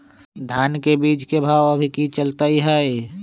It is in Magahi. धान के बीज के भाव अभी की चलतई हई?